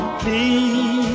please